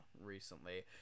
recently